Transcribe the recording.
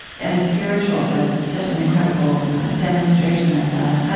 and the spirituals as such an incredible demonstration of that